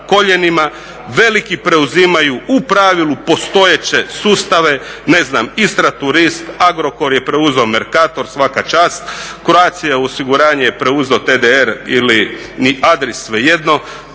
veliki preuzimaju u pravilu postojeće sustave ne znam Istra turist, Agrokor je preuzeo Mercator svaka čast, Croatia osiguranje je preuzela TDR ili Adris svejedno,